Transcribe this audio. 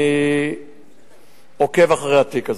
אני עוקב אחרי התיק הזה,